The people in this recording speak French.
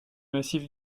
massif